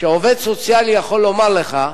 שעובד סוציאלי יכול לומר לך: